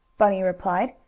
bunny replied,